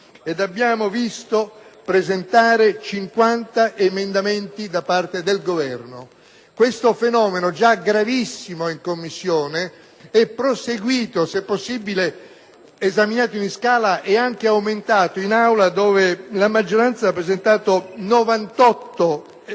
della maggioranza e di 50 emendamenti da parte del Governo. Questo fenomeno, già gravissimo in Commissione, è proseguito e, se possibile, esaminato in scala, è anche aumentato in Aula, dove la maggioranza ha presentato 98 emendamenti